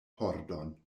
pordon